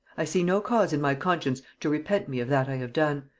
i see no cause in my conscience to repent me of that i have done,